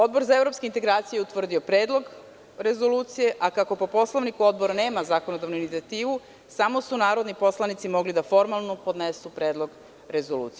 Odbor za evropske integracije je utvrdio Predlog rezolucije, a kako po Poslovniku Odbor nema zakonodavnu ulogu samo su narodni poslanici mogli da formalno podnesu Predlog rezolucije.